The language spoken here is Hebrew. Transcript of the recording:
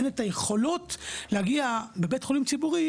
אין את היכולות להגיע בבית חולים ציבורי